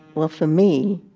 well, for me.